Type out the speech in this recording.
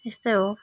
यस्तै हो